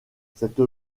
cette